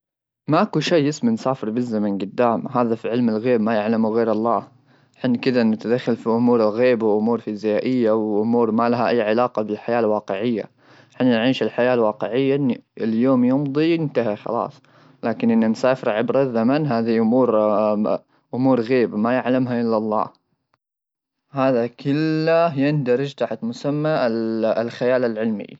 ماكو شيء اسمه نسافر بالزمن قدام ,هذا في علم الغيب ما يعلمه غير الله ,حنا كذا نتدخل في امور الغيب وامور فيزيائيه وامور ما لها اي علاقه بالحياه الواقعيه حين يعيش الحياه الواقعيه اليوم يمضي ينتهي خلاص لكن اني مسافر عبر الزمن هذه امور امور غيبه ما يعلمها الا الله هذا كله يندرج تحت مسمى الخيال العلمي.